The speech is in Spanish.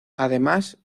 además